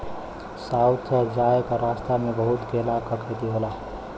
south जाए क रस्ता में बहुत केला क खेती होला